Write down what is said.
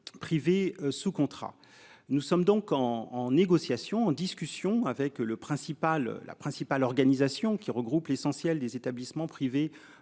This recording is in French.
Privés sous contrat. Nous sommes donc en en négociation, en discussion avec le principal. La principale organisation qui regroupe l'essentiel des établissements privés